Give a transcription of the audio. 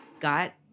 got